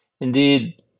Indeed